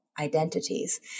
identities